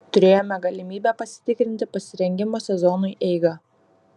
turėjome galimybę pasitikrinti pasirengimo sezonui eigą